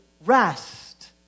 rest